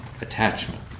attachment